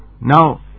Now